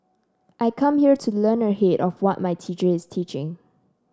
I come here to learn ahead of what my teacher is teaching